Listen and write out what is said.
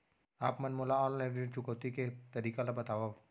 आप मन मोला ऑनलाइन ऋण चुकौती के तरीका ल बतावव?